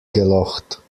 gelocht